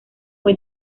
fue